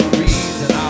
reason